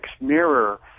mirror